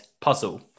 puzzle